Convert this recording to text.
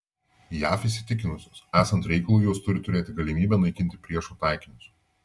jav įsitikinusios esant reikalui jos turi turėti galimybę naikinti priešo taikinius